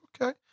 Okay